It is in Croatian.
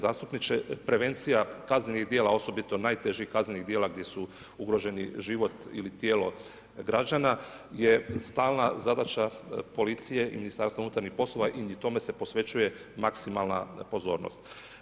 Poštovani gospodine zastupniče, prevencija kaznenih djela osobito najtežih kaznenih djela gdje su ugroženi život ili tijelo građana je stalna zadaća policije i Ministarstva unutarnjih poslova i tome se posvećuje maksimalna pozornost.